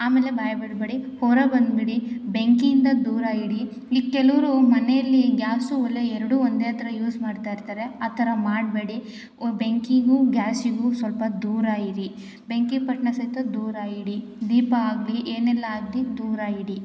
ಆಮೇಲೆ ಭಯ ಬೀಳಬೇಡಿ ಹೊರ ಬಂದುಬಿಡಿ ಬೆಂಕಿಯಿಂದ ದೂರ ಇಡಿ ಇಲ್ಲಿ ಕೆಲವರು ಮನೇಲಿ ಗ್ಯಾಸು ಒಲೆ ಎರಡೂ ಒಂದೇ ಹತ್ರ ಯೂಸ್ ಮಾಡ್ತಾ ಇರ್ತಾರೆ ಆ ಥರ ಮಾಡಬೇಡಿ ಬೆಂಕಿಗೂ ಗ್ಯಾಸಿಗೂ ಸ್ವಲ್ಪ ದೂರ ಇರಿ ಬೆಂಕಿಪಟ್ಟಣ ಸಹಿತ ದೂರ ಇಡಿ ದೀಪ ಆಗಲಿ ಏನೆಲ್ಲ ಆಗಲಿ ದೂರ ಇಡಿ